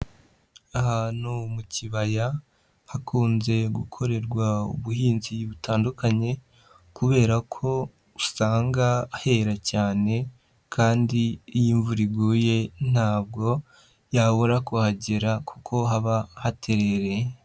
Ahantu mukibaya hakunze gukorerwa ubuhinzi butandukanye kuberako usanga hera cyane kandi iyo imvura iguye ntabwo yabura kuhagera kuko haba haterereye.